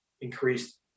increased